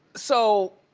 so